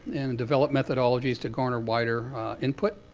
and develop methodologies to garner wider input,